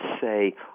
say